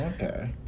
Okay